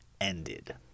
ended